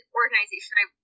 organization